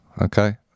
okay